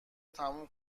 تموم